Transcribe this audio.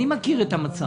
אני מכיר את המצב.